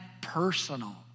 personal